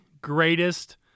greatest